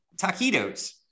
taquitos